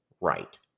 right